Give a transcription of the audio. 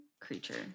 creature